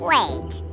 Wait